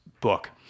book